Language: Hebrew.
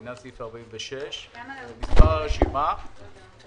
לפי סעיף 46. מס' הרשימה הוא